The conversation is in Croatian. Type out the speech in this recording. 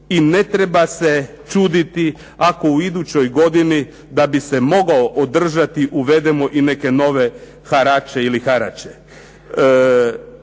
i ne treba se čuditi ako u idućoj godini da bi se mogao održati uvedemo i neke nove harače ili haraće.